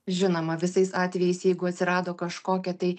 žinoma visais atvejais jeigu atsirado kažkokie tai